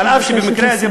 אף שבמקרה הזה,